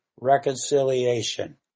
reconciliation